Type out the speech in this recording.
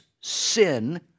sin